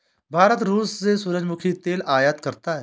भारत रूस से सूरजमुखी तेल आयात करता हैं